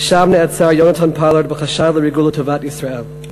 שם נעצר יונתן פולארד בחשד לריגול לטובת ישראל.